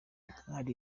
ari